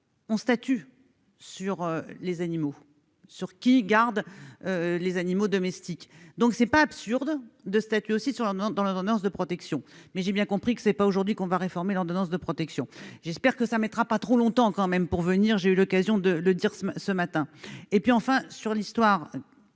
on statue sur les animaux, sur qui gardent les animaux domestiques, donc c'est pas absurde de statuer aussi sur leur demande dans l'ordonnance de protection, mais j'ai bien compris que c'est pas aujourd'hui qu'on va réformer l'ordonnance de protection, j'espère que ça mettra pas trop longtemps quand même pour venir, j'ai eu l'occasion de le dire ce matin et puis enfin sur l'histoire,